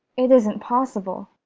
it isn't possible!